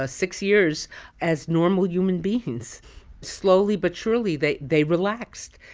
ah six years as normal human beings slowly, but surely they they relaxed.